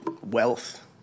wealth